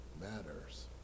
matters